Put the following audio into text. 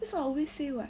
that's why I always say [what]